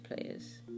players